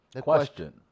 Question